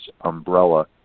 umbrella